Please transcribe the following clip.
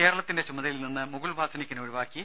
കേരളത്തിന്റെ ചുമതലയിൽ നിന്ന് മുകുൾ വാസ്നികിനെ ഒഴിവാക്കി